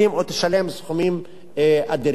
או תשלם סכומים אדירים.